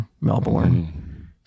Melbourne